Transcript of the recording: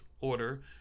order